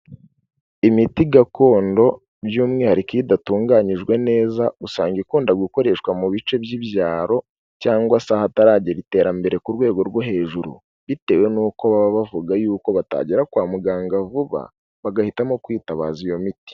Imiti gakondo by'umwihariko idatunganyijwe neza usanga ikunda gukoreshwa mu bice by'ibyaro cyangwa se hataragera iterambere ku rwego rwo hejuru, bitewe nuko baba bavuga yuko batagera kwa muganga vuba, bagahitamo kwitabaza iyo miti.